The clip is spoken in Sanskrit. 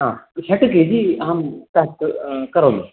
हा झटिति यदि अहं प्याक् करोमि